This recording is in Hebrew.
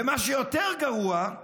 ומה שיותר גרוע,